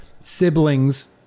siblings